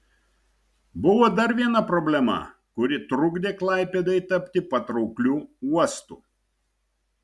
buvo dar viena problema kuri trukdė klaipėdai tapti patraukliu uostu